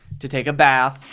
to take a bath.